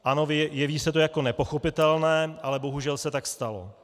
Ano, jeví se to jako nepochopitelné, ale bohužel se tak stalo.